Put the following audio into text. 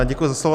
Děkuji za slovo.